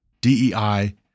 DEI